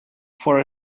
for